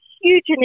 huge